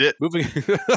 moving